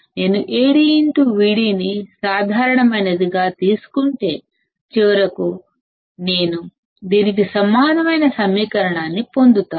కాబట్టి ఇప్పుడు VoAdVdAcmVcm అయితే నేను AdVd ని సాధారణమైనదిగా తీసుకుంటే చివరకు నేను దీనికి సమానమైన సమీకరణాన్ని పొందుతాను